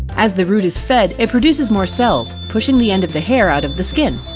as the root is fed, it produces more cells, pushing the end of the hair out of the skin.